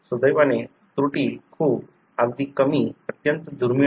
सुदैवाने त्रुटी खूप अगदी कमी अत्यंत दुर्मिळ आहेत